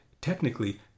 technically